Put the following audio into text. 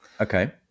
Okay